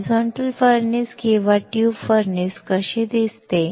horizontal furnace किंवा tube furnace कशी दिसते